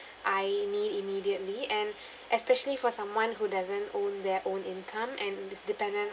I need immediately and especially for someone who doesn't own their own income and is dependent